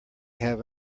have